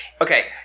okay